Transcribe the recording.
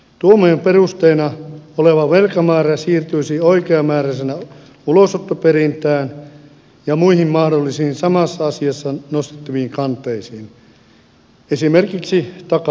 tuomion perusteena oleva velkamäärä siirtyisi oi keamääräisenä ulosottoperintään ja muihin mahdollisiin samassa asiassa nostettaviin kanteisiin esimerkiksi takaajaa vastaan